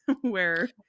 where-